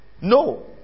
No